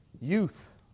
youth